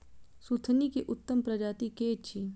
सुथनी केँ उत्तम प्रजाति केँ अछि?